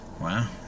Wow